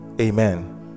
amen